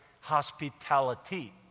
hospitality